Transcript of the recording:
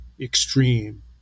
extreme